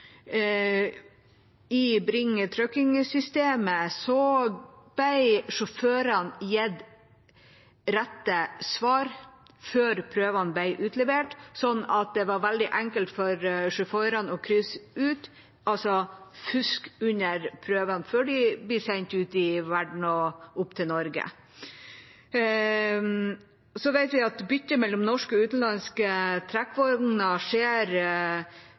i Bring Trucking-systemet ble sjåførene gitt riktige svar før prøvene ble utlevert, sånn at det var veldig enkelt for sjåførene å krysse av – altså fusk under prøvene før de blir sendt ut i verden og opp til Norge. Vi vet at bytte mellom norske og utenlandske trekkvogner skjer